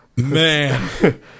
Man